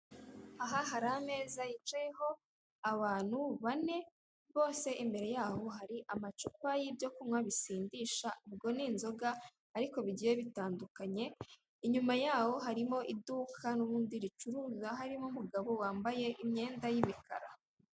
Aha hari ameza yicayeho abantu bane, bose imbere yaho hari amacupa y'ibyo kunywa bisindisha, ubwo ni inzoga, ariko bigiye bitandukanye, inyuma yaho harimo iduka n'ubundi ricuruza, harimo umugabo wambaye imyenda y'imikara.